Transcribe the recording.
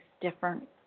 different